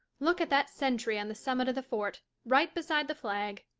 look at that sentry on the summit of the fort, right beside the flag.